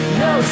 no